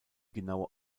genaue